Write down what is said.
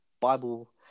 Bible